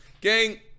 Gang